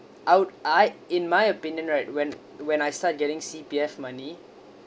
out I in my opinion right when when I start getting C_P_F money